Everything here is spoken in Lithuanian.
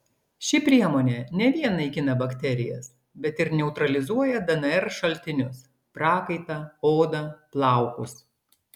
ši priemonė ne vien naikina bakterijas bet ir neutralizuoja dnr šaltinius prakaitą odą plaukus